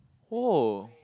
oh